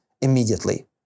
immediately